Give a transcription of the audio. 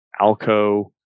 Alco